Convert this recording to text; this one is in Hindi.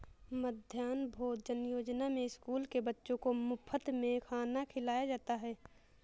मध्याह्न भोजन योजना में स्कूल के बच्चों को मुफत में खाना खिलाया जाता है